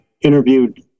interviewed